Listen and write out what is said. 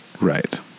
Right